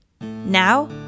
Now